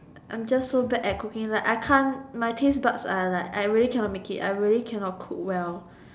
I'm just so bad at cooking like I can't my taste buds are like I really cannot make it I really cannot cook well